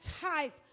type